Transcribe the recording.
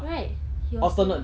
right he was s~